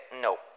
no